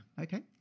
Okay